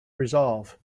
resolve